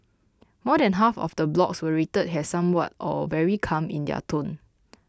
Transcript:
more than half of the blogs were rated as somewhat or very calm in their tone